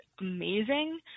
amazing